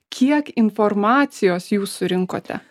kiek informacijos jūs surinkote